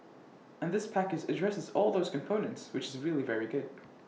and this package addresses all those components which is really very good